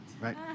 right